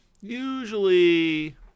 usually